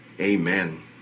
amen